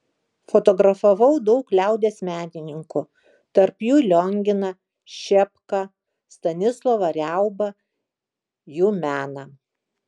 fotografavau daug liaudies menininkų tarp jų lionginą šepką stanislovą riaubą jų meną